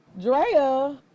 Drea